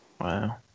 Wow